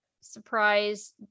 surprise